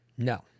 No